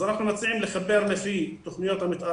אז אנחנו מציעים לחבר לפי תכניות המתאר